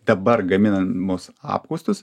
dabar gaminamus apkaustus